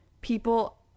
people